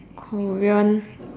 korean